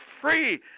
free